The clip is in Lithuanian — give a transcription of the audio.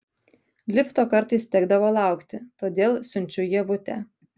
lifto kartais tekdavo laukti todėl siunčiu ievutę